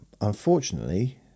unfortunately